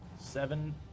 Seven